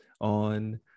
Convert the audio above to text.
on